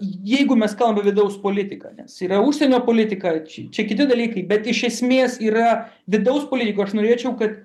jeigu mes kalbam vidaus politiką nes yra užsienio politika čia kiti dalykai bet iš esmės yra vidaus politiko aš norėčiau kad